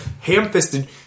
Ham-fisted